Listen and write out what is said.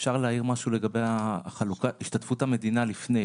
אפשר להעיר משהו לגבי השתתפות המדינה לפני?